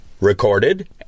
recorded